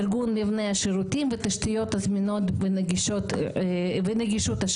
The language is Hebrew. ארגון מבנה השירותים והתשתיות הזמינות ונגישות השירותים.